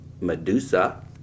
Medusa